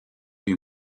you